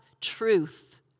truth